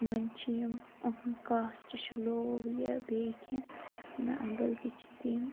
وۄنۍ چھ یِم ٲہنٛز کاسٹ چھ لو یا بیٚیہِ کیٚنٛہہ بٔلکہِ چھِ تِم